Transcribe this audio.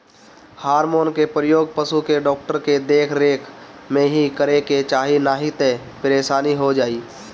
hormone के प्रयोग पशु के डॉक्टर के देख रेख में ही करे के चाही नाही तअ परेशानी हो जाई